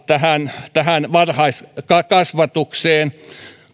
se varhaiskasvatukseen